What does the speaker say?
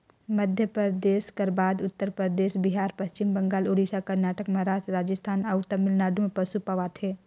मध्यपरदेस कर बाद उत्तर परदेस, बिहार, पच्छिम बंगाल, उड़ीसा, करनाटक, महारास्ट, राजिस्थान अउ तमिलनाडु में पसु पवाथे